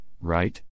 right